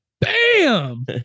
bam